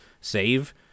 save